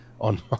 on